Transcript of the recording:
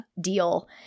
deal